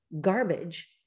garbage